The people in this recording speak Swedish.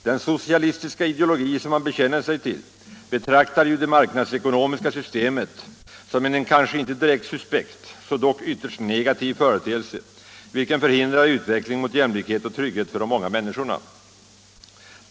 Den socialistiska ideologi som man bekänner sig till betraktar ju det marknadsekonomiska systemet som en kanske inte direkt suspekt men dock ytterst negativ företeelse, vilken förhindrar utvecklingen mot jämlikhet och trygghet för de många människorna.